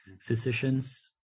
Physicians